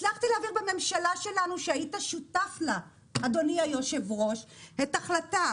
הצלחתי להעביר בממשלה שלנו שהיית שותף לה אדוני היושב ראש את החלטה